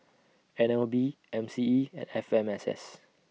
N L B M C E and F M S S